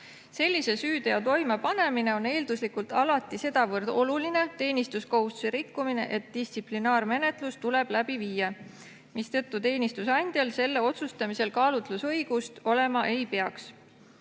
Sellise süüteo toimepanemine on eelduslikult alati sedavõrd oluline teenistuskohustuse rikkumine, et distsiplinaarmenetlus tuleb läbi viia, mistõttu teenistusandjal selle otsustamisel kaalutlusõigust olema ei peaks.